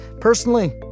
Personally